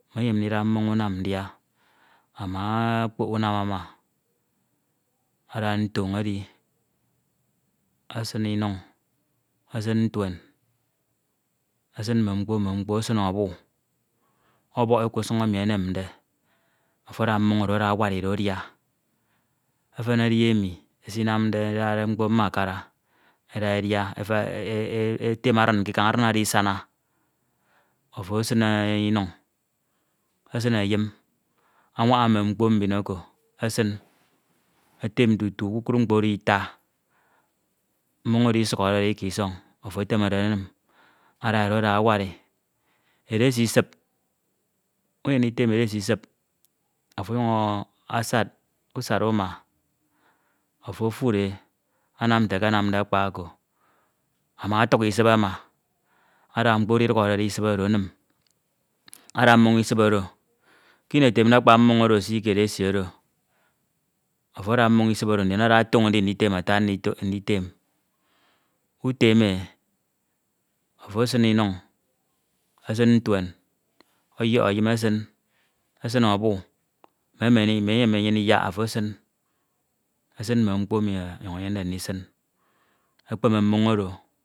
mme enyem ndida mmoñ unam ndia, ama ọkpok unam ama ada ntoñ edi esin inuñ esin ntuen esin mme mkpo mme mkpo, esin ọbu ọbọk e ƙusun emi enemde afo ada mmo oro ada awari do adia. Efen edi emi esidade mkpo mmakara eda edia e e etem adin kikañ adin oro isana ofo esin inuñ esin eyin anwaña mme mkpo mbin oko esin etem tutu kpukpru mkpo oro ita mmoñ oro isukhọde ika isọñ afo etemede enim ada oro ada awari. Edesi isip unyem ndikem uma, ofo otuñ e anam nte akanamde akpa oko. Ama ọtuk isip ama enim, ada mmoñ isip oro kini etemde akpa mmoñ esi ke edesi oro afo ada mmoñ isip oro ada etem ata nditem utem e ofo esin inuñ esin ntuen ọyọk eyin esin, esin ọbu, mme emeyem menyene iyak ofo esin esin mme mkpo emi ọnyuñ eyem de ndisin ekepeme mmoñ oro